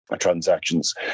transactions